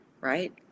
right